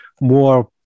more